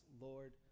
Lord